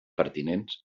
pertinents